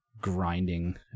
grinding